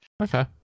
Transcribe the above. Okay